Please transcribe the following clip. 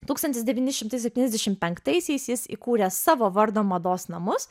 tūkstantis devyni šimtai septyniasdešim penktaisiais jis įkūrė savo vardo mados namus